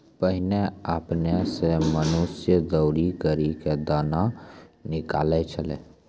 पहिने आपने सें मनुष्य दौरी करि क दाना निकालै छलै